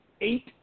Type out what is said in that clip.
Eight